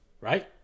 right